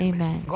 Amen